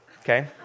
Okay